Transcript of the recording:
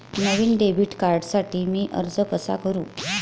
नवीन debit कार्डसाठी मी अर्ज कसा करू?